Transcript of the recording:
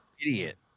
idiot